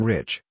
Rich